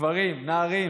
גברים, נערים